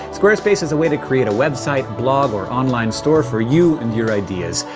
squarespace is a way to create a website, blog or online store for you and your ideas.